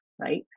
right